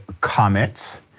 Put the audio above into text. comments